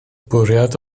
bwriad